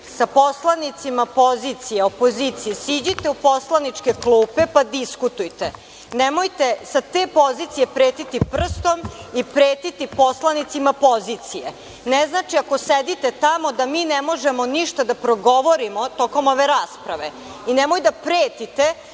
sa poslanicima pozicije, opozicije, siđite u poslaničke klupe pa diskutujte. Nemojte sa te pozicije pretiti prstom i pretiti poslanicima pozicije. Ne znači, ako sedite tamo, da mi ne možemo ništa da progovorimo tokom ove rasprave. Nemojte da pretite